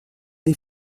des